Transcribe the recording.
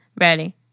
Ready